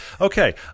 okay